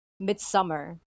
midsummer